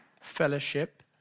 fellowship